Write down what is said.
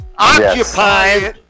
Occupy